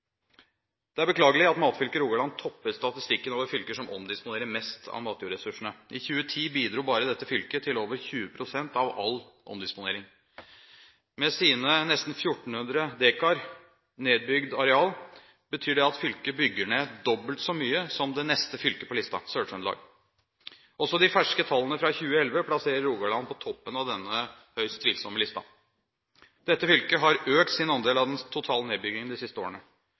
Det er beklagelig at matfylket Rogaland topper statistikken over fylker som omdisponerer mest av matjordressursene. I 2010 bidro bare dette fylket med over 20 pst. av all omdisponering. Med sine nesten 1 400 dekar nedbygd areal, betyr det at fylket bygger ned dobbelt så mye som det neste fylke på lista, Sør-Trøndelag. Også de ferske tallene fra 2011 plasserer Rogaland på toppen av denne høyst tvilsomme lista. Dette fylket har økt sin andel av den totale nedbyggingen de siste årene.